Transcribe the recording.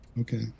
Okay